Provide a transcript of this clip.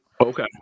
Okay